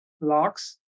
locks